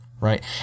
right